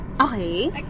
Okay